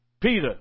Peter